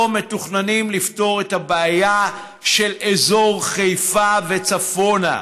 מתוכננים לפתור את הבעיה של אזור חיפה וצפונה.